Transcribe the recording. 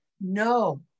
No